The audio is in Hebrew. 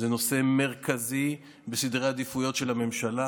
זה נושא מרכזי בסדרי העדיפויות של הממשלה.